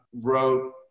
wrote